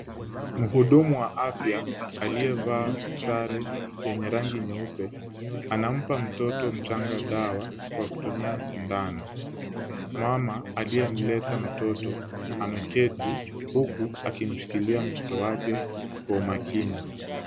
Mhudumu wa afya aliyevaa sare yenye rangi nyeupe, anampa mtoto mchanga dawa kwa kutumia sindano. Mama aliyemleta mtoto ameketi, huku akimshikilia mtoto wake kwa umakini.